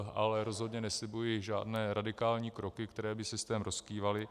Ale rozhodně neslibuji žádné radikální kroky, které by systém rozkývaly.